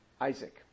Isaac